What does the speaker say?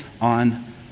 on